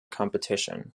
competition